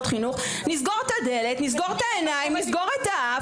חינוך נסגור את הדלת נסגור את העיניים נסגור את האף